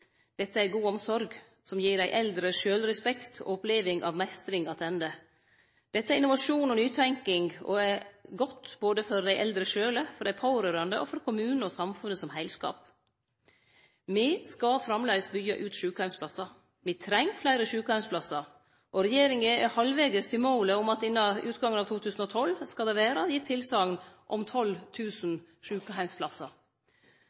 Dette er ei god omsorg som gir dei eldre sjølvrespekt og oppleving av meistring attende. Dette er innovasjon og nytenking, og er godt både for dei eldre sjølve, for dei pårørande og for kommunen og samfunnet som heilskap. Me skal framleis byggje ut sjukeheimsplassar. Me treng fleire sjukeheimsplassar, og regjeringa er halvvegs til målet om at det innan utgangen av 2012 skal vere gitt tilsegn om